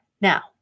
Now